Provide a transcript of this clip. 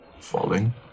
falling